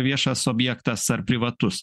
viešas objektas ar privatus